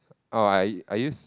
oh I I use